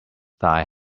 thy